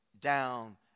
down